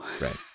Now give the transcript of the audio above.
right